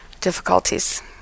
difficulties